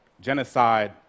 genocide